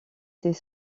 c’est